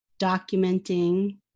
documenting